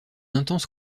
intense